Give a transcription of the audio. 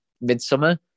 Midsummer